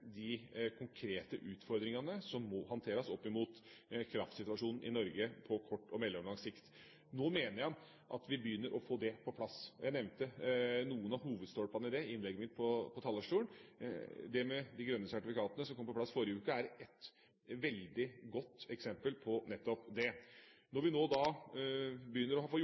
de konkrete utfordringene som må håndteres, opp mot kraftsituasjonen i Norge på kort og mellomlang sikt. Nå mener jeg at vi begynner å få det på plass. Jeg nevnte i innlegget mitt på talerstolen noen av hovedstolpene i det. De grønne sertifikatene som kom på plass i forrige uke, er et veldig godt eksempel på nettopp det. Når vi nå begynner å få unna mer av det, mener jeg at vi har et fundament for